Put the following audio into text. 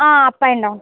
ఆ up and down